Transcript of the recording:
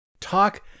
talk